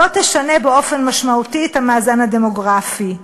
לא תשנה באופן משמעותי את המאזן הדמוגרפי.